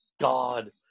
God